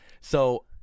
So-